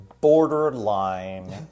borderline